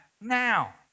now